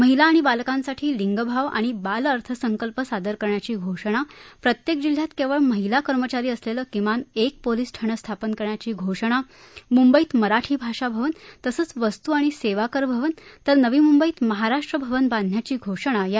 महिला आणि बालकांसाठी लिंगभाव आणि बाल अर्थसंकल्प सादर करण्याची घोषणा प्रत्येक जिल्ह्यात केवळ महिला कर्मचारी असलेलं किमान एक पोलीस ठाणं स्थापन करण्याची घोषणा मुंबईत मराठी भाषा भवन तसंच वस्तू आणि सेवाकर भवन तर नवी मुंबईत महाराष्ट्र भवन बांधण्याची घोषणा यावेळी करण्यात आली